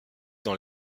dans